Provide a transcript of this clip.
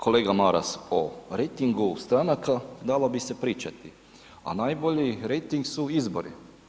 Kolega Maras o rejtingu stranaka dalo bi se pričati a najbolji rejting su izbori.